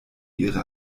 ihre